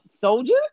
Soldier